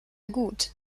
gut